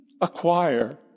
acquire